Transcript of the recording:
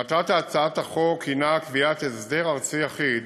מטרת הצעת החוק הנה קביעת הסדר ארצי אחיד